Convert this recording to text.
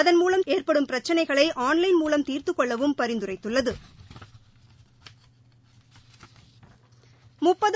அதன்மூலம் ஏற்படும் பிரச்சினைகளைஆன்லைன் மூலம் தீாத்துக் கொள்ளவும் பரிந்துரைத்துள்ளது